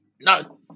No